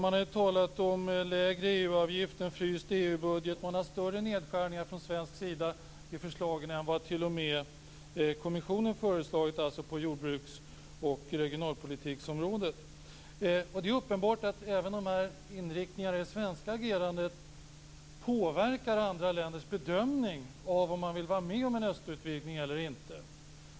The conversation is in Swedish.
Man har ju talat om lägre EU-avgift och en fryst EU budget. Det är större nedskärningar från svensk sida i förslagen än vad t.o.m. kommissionen har föreslagit på jordbruks och regionalpolitiksområdena. Det är uppenbart att även inriktningen i det svenska agerandet påverkar andra länders bedömning av om man vill vara med om en östutvidgning eller inte.